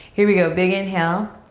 here we go, big inhale.